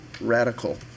radical